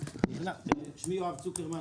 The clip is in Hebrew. שמי יואב צוקרמן,